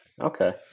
Okay